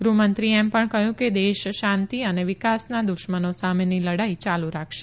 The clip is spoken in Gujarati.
ગૃહમંત્રીએ એમ પણ કહયું કે દેશ શાંતી અને વિકાસના દુશ્મનો સામેની લડાઇ ચાલુ રાખશે